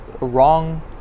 wrong